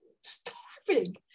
starving